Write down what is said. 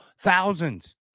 thousands